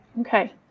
okay